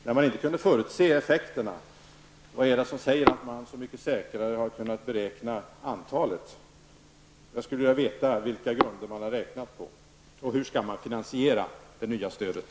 När man inte kunnat förutse effekterna, vad är det då som säger att man så mycket säkrare kan beräkna antalet? Jag skulle vilja veta vilka grunder man har räknat på och hur man skall finansiera det nya stödet.